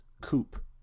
Coupe